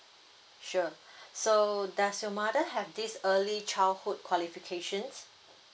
sure so does your mother have this early childhood qualifications